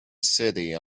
city